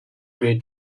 grey